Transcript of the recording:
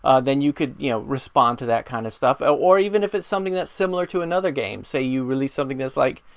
ah then you could you know respond to that kind of stuff. or or even if it's something that's similar to another game. say, you released something that's like,